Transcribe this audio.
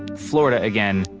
florida again,